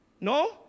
No